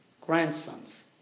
grandsons